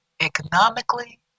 economically